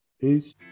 Peace